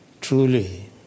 truly